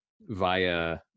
via